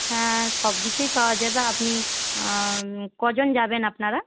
হ্যাঁ সবকিছুই পাওয়া যাবে আপনি কজন যাবেন আপনারা